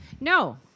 No